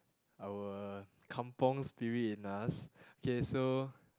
our kampung-spirit in us okay so